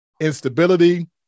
instability